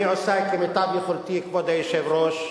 אני עושה כמיטב יכולתי, כבוד היושב-ראש,